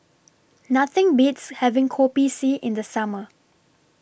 Nothing Beats having Kopi C in The Summer